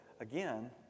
again